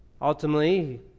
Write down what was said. Ultimately